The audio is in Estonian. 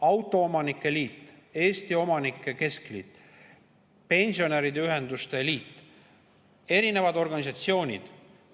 autoomanike liit, Eesti Omanike Keskliit, pensionäride ühenduste liit, erinevad organisatsioonid